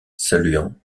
saluant